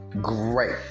Great